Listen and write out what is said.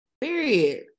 period